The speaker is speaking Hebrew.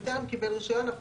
וטרם קיבל רישיון כאמור,